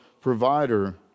Provider